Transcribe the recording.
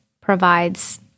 provides